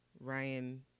Ryan